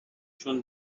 چون